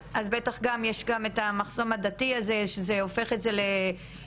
אז בטח שיש גם את המחסום הדתי הזה שהופך את זה למסובך,